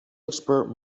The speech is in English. export